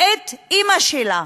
את אימא שלה,